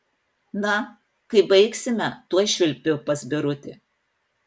na kai baigsime tuoj švilpiu pas birutį